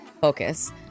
focus